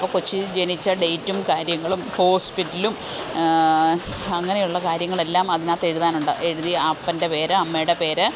അപ്പം കൊച്ച് ജനിച്ച ഡേയ്റ്റും കാര്യങ്ങളും ഹോസ്പിറ്റലും അങ്ങനെയുള്ള കാര്യങ്ങളെല്ലാം അതിനകത്ത് എഴുതാനുണ്ട് എഴുതി അപ്പൻ്റെ പേര് അമ്മയുടെ പേര്